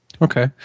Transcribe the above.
Okay